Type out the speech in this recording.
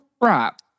crap